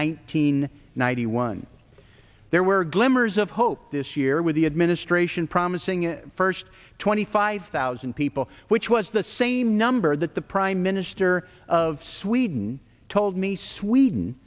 hundred ninety one there were glimmers of hope this year with the administration promising first twenty five thousand people which was the same number that the prime minister of sweden told me sweden